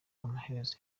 amaherezo